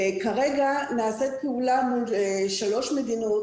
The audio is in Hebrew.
כרגע נעשית פעולה מול שלוש מדינות.